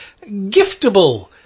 giftable